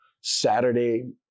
Saturday